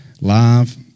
live